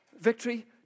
victory